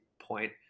point